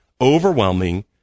overwhelming